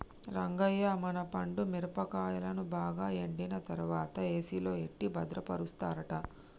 రంగయ్య మన పండు మిరపకాయలను బాగా ఎండిన తర్వాత ఏసిలో ఎట్టి భద్రపరుస్తారట